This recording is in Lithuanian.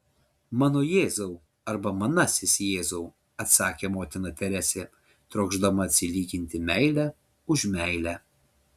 mano jėzau arba manasis jėzau atsakė motina teresė trokšdama atsilyginti meile už meilę